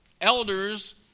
elders